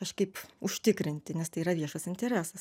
kažkaip užtikrinti nes tai yra viešas interesas